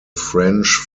french